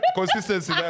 consistency